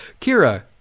Kira